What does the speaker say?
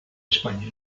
españa